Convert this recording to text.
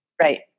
Right